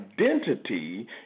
identity